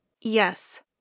Yes